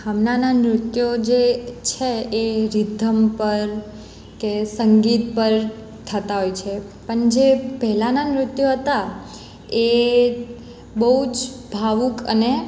હમણાંનાં નૃત્યો જે છે એ રિધમ પર કે સંગીત પર થતાં હોય છે પણ જે પહેલાંનાં નૃત્યો હતાં એ બહુ જ ભાવુક અને